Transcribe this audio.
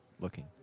looking